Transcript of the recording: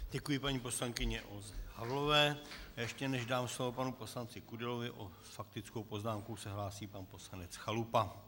Děkuji paní poslankyni Olze Havlové, a ještě než dám slovo panu poslanci Kudelovi, o faktickou poznámku se hlásí pan poslanec Chalupa.